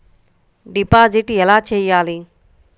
Deposit ఎలా చెయ్యాలి?